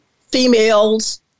females